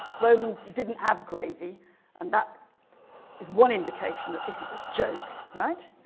romans didn't have gravy and that is one indication that this is a joke right